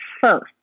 first